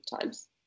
times